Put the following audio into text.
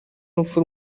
n’urupfu